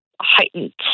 heightened